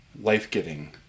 life-giving